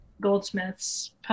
Goldsmiths